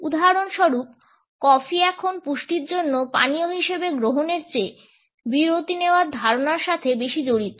উদাহরণস্বরূপ কফি এখন পুষ্টির জন্য পানীয় হিসেবে গ্রহণের চেয়ে বিরতি নেওয়ার ধারণার সাথে বেশি জড়িত